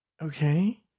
Okay